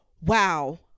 Wow